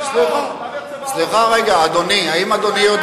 סליחה, האם אדוני יודע